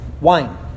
wine